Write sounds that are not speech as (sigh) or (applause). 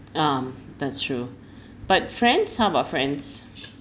um that's true (breath) but friends how about friends